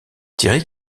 thierry